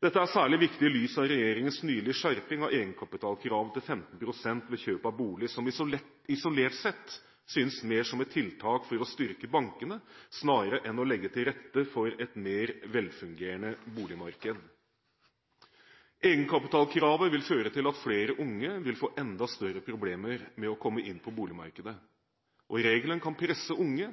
Dette er særlig viktig i lys av regjeringens nylige skjerping av egenkapitalkravet til 15 pst. ved kjøp av bolig, som isolert sett synes mer som et tiltak for å styrke bankene snarere enn å legge til rette for et mer velfungerende boligmarked. Egenkapitalkravet vil føre til at flere unge vil få enda større problemer med å komme inn på boligmarkedet. Regelen kan presse unge